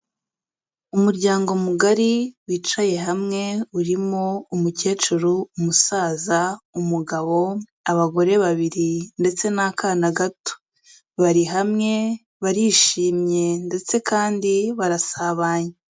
Umuryango mugari wicaye hamwe urimo umukecuru, umusaza, umugabo, abagore babiri ndetse naakana gato. Bari hamwe barishimye ndetse kandi barasabanye.